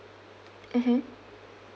mmhmm